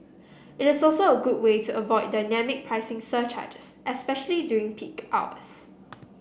it is also a good way to avoid dynamic pricing surcharges especially during peak hours